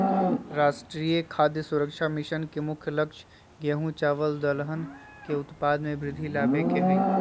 राष्ट्रीय खाद्य सुरक्षा मिशन के मुख्य लक्ष्य गेंहू, चावल दलहन के उत्पाद में वृद्धि लाबे के हइ